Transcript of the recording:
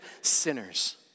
sinners